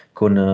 con